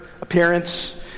appearance